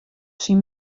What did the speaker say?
syn